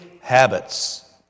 habits